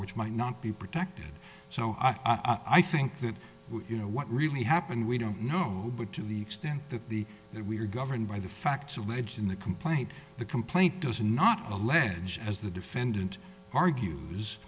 which might not be protected so i think that you know what really happened we don't know but to the extent that the that we are governed by the facts alleged in the complaint the complaint does not allege as the defendant argues